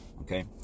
Okay